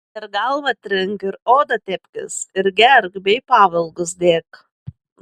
ir galvą trink ir odą tepkis ir gerk bei pavilgus dėk